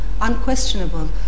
unquestionable